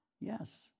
Yes